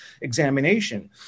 examination